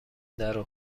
درو